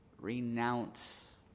renounce